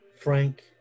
Frank